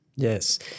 Yes